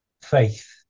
faith